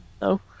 no